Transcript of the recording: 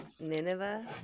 Nineveh